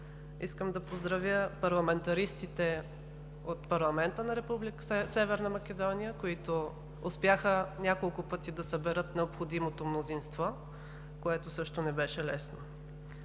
Искам да поздравя парламентаристите от парламента на Република Северна Македония, които успяха няколко пъти да съберат необходимото мнозинство, което също не беше лесно.